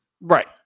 Right